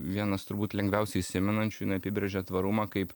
vienas turbūt lengviausiai įsimenančių jinai apibrėžia tvarumą kaip